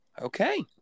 Okay